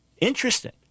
interesting